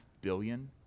billion